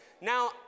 Now